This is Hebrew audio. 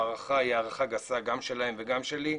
ההערכה היא הערכה גסה, גם שלהם וגם שלי.